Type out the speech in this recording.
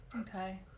Okay